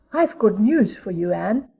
i've good news for you, anne,